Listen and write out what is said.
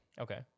Okay